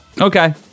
Okay